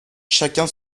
chacun